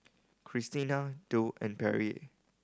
Christina Dow and Pierre